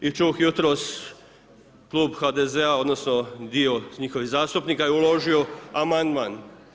I čuh jutros Klub HDZ-a, odnosno, dio njihovih zastupnika, je uložio amandman.